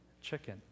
Chicken